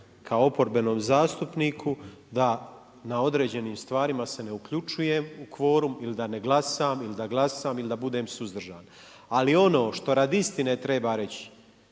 kao oporbenom zastupniku da na određenim stvarima se ne uključujem u kvorum ili da ne glasam ili da glasam ili da budem suzdržan, ali ono što radi istine treba reći,